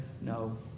no